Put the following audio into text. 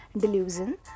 delusion